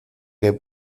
que